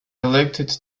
elected